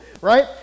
right